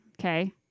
okay